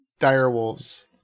direwolves